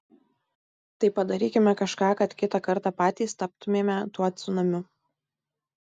tai padarykime kažką kad kitą kartą patys taptumėme tuo cunamiu